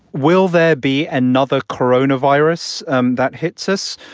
will there be another coronavirus um that hits us?